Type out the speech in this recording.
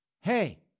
Hey